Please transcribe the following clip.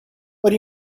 what